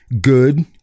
good